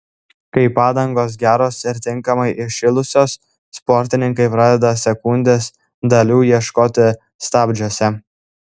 kai padangos geros ir tinkamai įšilusios sportininkai pradeda sekundės dalių ieškoti stabdžiuose